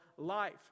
life